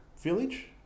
...village